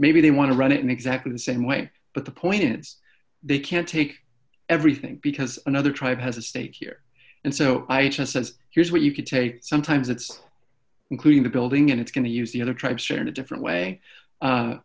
maybe they want to run it in exactly the same way but the point is they can't take everything because another tribe has a stake here and so i says here's what you can take sometimes it's including the building and it's going to use the other tribes shared a different way